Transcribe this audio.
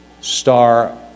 star